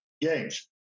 games